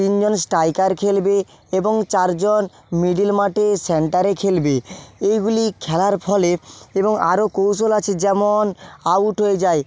তিন জন স্টাইকার খেলবে এবং চার জন মিডিল মাঠে সেন্টারে খেলবে এইগুলি খেলার ফলে এবং আরো কৌশল আছে যেমন আউট হয়ে যায়